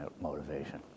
motivation